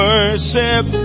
Worship